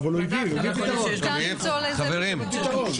אבל ניתן למצוא לזה פתרון.